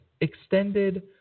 extended